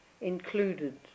included